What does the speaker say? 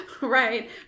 Right